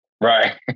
Right